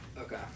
Okay